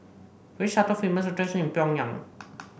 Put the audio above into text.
which are the famous attraction in Pyongyang